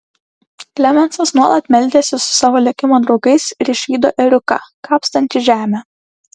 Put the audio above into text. klemensas nuolat meldėsi su savo likimo draugais ir išvydo ėriuką kapstantį žemę